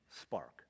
spark